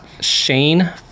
Shane